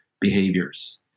behaviors